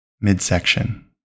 midsection